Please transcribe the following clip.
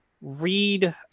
read